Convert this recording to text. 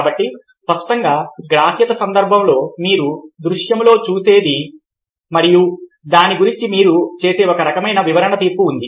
కాబట్టి స్పష్టంగా గ్రాహ్యత సందర్భంలో మీరు దృశ్యములో చూసేది మరియు దాని గురించి మీరు చేసే ఒక రకమైన వివరణ తీర్పు ఉంది